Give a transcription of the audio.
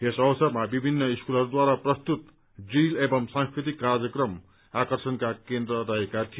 यस अवसरमा विभिन्र स्कूलहरूद्वारा प्रस्तुत ड्रील एवं सांस्कृतिक कार्यक्रम आकर्षणको केन्द्र रहेको थियो